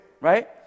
Right